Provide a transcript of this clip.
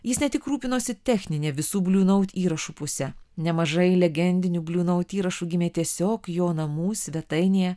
jis ne tik rūpinosi technine visų bliu naut įrašų puse nemažai legendinių bliu naut įrašų gimė tiesiog jo namų svetainėje